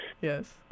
yes